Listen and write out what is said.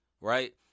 right